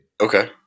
Okay